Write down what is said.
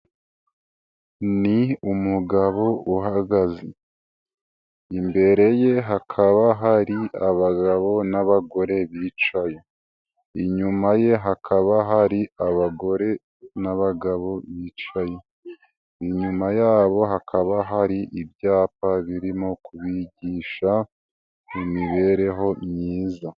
Ni umugabo uhagaze, imbere ye hakaba hari abagabo n'abagore bicaye, inyuma ye hakaba hari abagore n'abagabo bicaye, inyuma yabo hakaba hari ibyapa birimo kubigisha imibereho myiza.